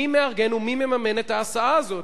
מי מארגן ומי מממן את ההסעה הזאת?